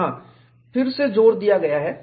और यहां फिर से ज़ोर दिया गया है